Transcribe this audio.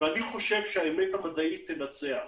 אני חושב שהאמת המדעית תנצח.